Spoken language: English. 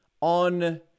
on